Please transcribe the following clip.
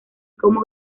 como